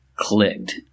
Clicked